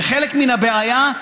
זה חלק מן הבעיה,